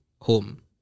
home